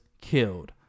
killed